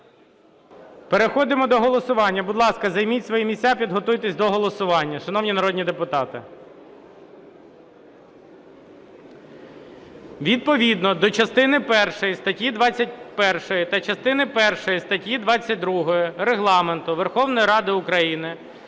Переходимо до голосування. Будь ласка, займіть свої місця. Підготуйтесь до голосування, шановні народні депутати. Відповідно до частини першої статті 21 та частини першої статті 22 Регламенту Верховної Ради України